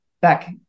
back